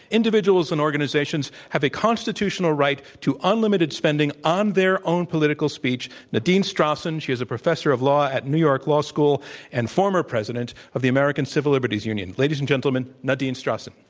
individuals and organizations have a constitutional right to unlimited spending on their own political speech nadine strossen. she is a professor of law at new york law school and former president of the american civil liberties union. ladies and gentlemen, nadine strossen.